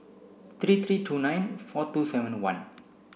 three three two nine four two seven one